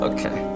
Okay